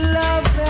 love